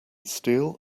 steel